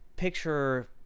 picture